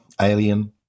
Alien